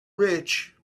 rich